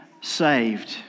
saved